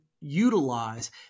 utilize